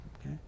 okay